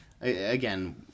Again